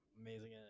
amazing